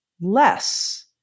less